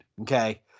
Okay